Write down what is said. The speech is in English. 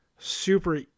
super